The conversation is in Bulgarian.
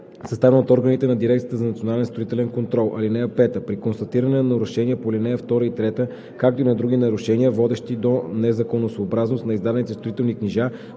съставен от органите на Дирекцията за национален строителен контрол. (5) При констатиране на нарушения по ал. 2 и 3, както и на други нарушения, водещи до незаконосъобразност на издадените строителни книжа,